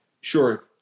sure